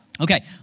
Okay